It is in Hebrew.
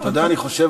אני חושב,